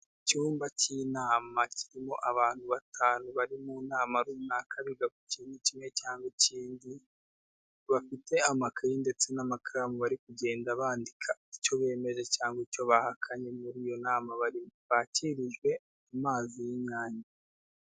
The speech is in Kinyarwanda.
Icyumba cy'inama kirimo abantu batanu bari mu nama runaka biga ku kintu kimwe cyangwa ikindi, bafite amakaye ndetse n'amakaramu bari kugenda bandika icyo bemeje cyangwa icyo bahakanye muri iyo nama bari bakirijwe amazi y'inyange.